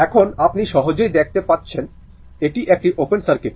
এখন আপনি সহজেই দেখতে পাচ্ছেন এটি একটি ওপেন সার্কিট